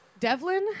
Devlin